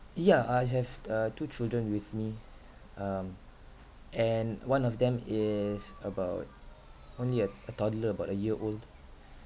yeah I have t~ uh two children with me um and one of them is about only a a toddler about a year old